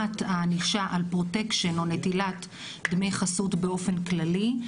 הענישה על פרוטקשן או נטילת דמי חסות באופן כללי,